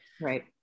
Right